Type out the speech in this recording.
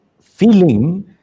feeling